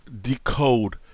decode